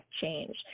change